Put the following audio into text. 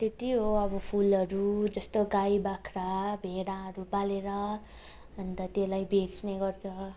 त्यत्ति हो अब फुलहरू जस्तो गाई बाख्रा भेडाहरू पालेर अन्त त्यसलाई बेच्ने गर्छ